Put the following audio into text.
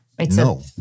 No